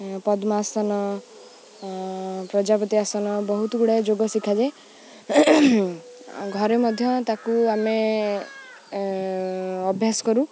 ପଦ୍ମାସନ ପ୍ରଜାପତି ଆସନ ବହୁତ ଗୁଡ଼ାଏ ଯୋଗ ଶିଖାଯାଏ ଘରେ ମଧ୍ୟ ତାକୁ ଆମେ ଅଭ୍ୟାସ କରୁ